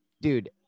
dude